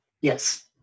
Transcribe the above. Yes